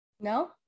no